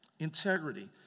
Integrity